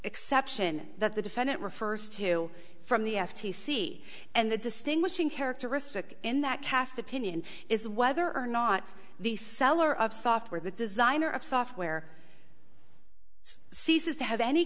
exception that the defendant refers to from the f t c and the distinguishing characteristic in that cast opinion is whether or not the seller of software the designer of software ceases to have any